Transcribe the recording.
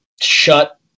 shut